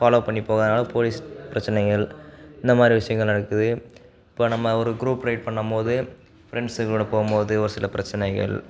follow பண்ணி போகாதினால police பிரச்சினைகள் இந்த மாதிரி விஷயங்கள் நடக்குது இப்போ நம்ம ஒரு குரூப் ரைட் பண்ணும்போது ஃப்ரெண்ட்ஸ்ஸுகளோடு போகும் போது ஒரு சில பிரச்சினைகள்